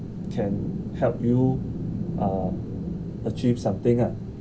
can help you uh achieve something ah and